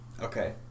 Okay